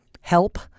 help